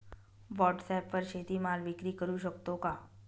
व्हॉटसॲपवर शेती माल विक्री करु शकतो का?